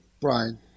Brian